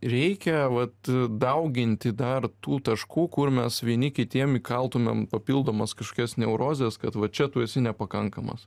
reikia vat dauginti dar tų taškų kur mes vieni kitiem įkaltumėm papildomas kažkokias neurozes kad va čia tu esi nepakankamas